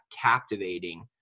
captivating